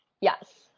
Yes